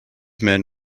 men